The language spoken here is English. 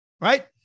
right